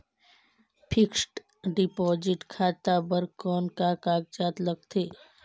Fixed deposit खाता बर कौन का कागजात लगथे?